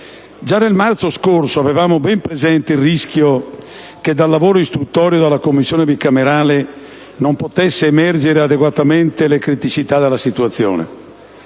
Già nel marzo scorso avevamo ben presente il rischio che dal lavoro istruttorio della Commissione bicamerale non potessero emergere adeguatamente le criticità della situazione.